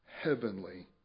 Heavenly